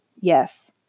Yes